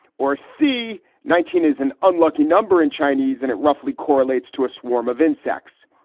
or c nineteen is an unlucky number in chinese and it roughly correlates to a swarm of insects.